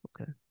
Okay